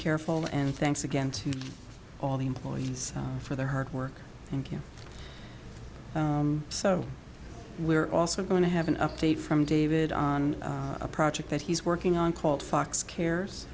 careful and thanks again to all the employees for their hard work thank you so we're also going to have an update from david on a project that he's working on called fox cares